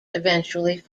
eventually